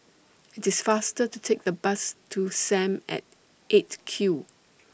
IT IS faster to Take The Bus to SAM At eight Q